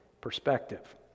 perspective